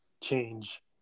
change